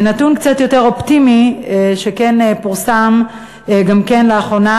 נתון קצת יותר אופטימי שפורסם גם כן לאחרונה